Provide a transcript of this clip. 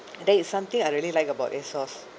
there is something I really like about a source